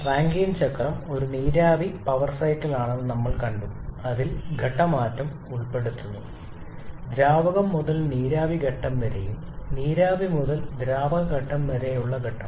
Rankine ചക്രം ഒരു നീരാവി പവർ സൈക്കിളാണെന്ന് നമ്മൾ കണ്ടു അതിൽ ഘട്ട മാറ്റം ഉൾപ്പെടുന്നു ദ്രാവകം മുതൽ നീരാവി ഘട്ടം വരെയും നീരാവി മുതൽ ദ്രാവക ഘട്ടം വരെയുമുള്ള ഘട്ടം